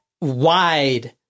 wide